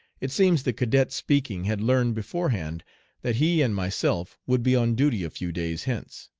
it seems the cadet speaking had learned beforehand that he and myself would be on duty a few days hence,